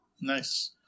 Nice